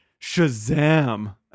Shazam